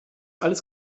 alles